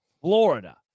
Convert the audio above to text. Florida